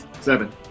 Seven